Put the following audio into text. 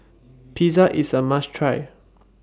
Pizza IS A must Try